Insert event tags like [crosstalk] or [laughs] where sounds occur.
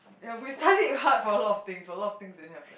ya we [laughs] studied what for a lot of things but a lot of things didn't